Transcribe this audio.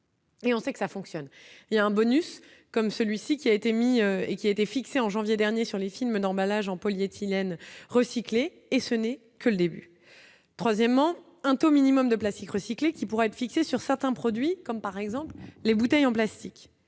Et on sait que ça fonctionne, il y a un bonus comme celui-ci qui a été mis et qui a été fixé en janvier dernier sur les films d'emballage en polyéthylène recyclé et ce n'est que le début, troisièmement, un taux minimum de plastique recyclé, qui pourrait être fixé sur certains produits, comme par exemple les bouteilles en plastique,